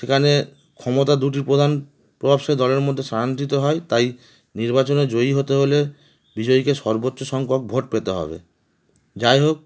সেখানে ক্ষমতা দুটি প্রধান প্রভাবশালী দলের মধ্যে স্থানান্তরিত হয় তাই নির্বাচনে জয়ী হতে হলে বিজয়ীকে সর্বোচ্চ সংখক ভোট পেতে হবে যাই হোক